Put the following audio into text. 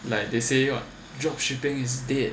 like they say what drop shipping is dead